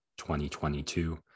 2022